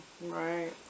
Right